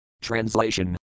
TRANSLATION